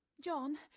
John